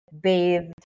bathed